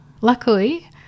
Luckily